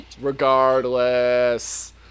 Regardless